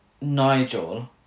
Nigel